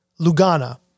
Lugana